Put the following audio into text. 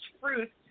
fruits